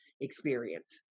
experience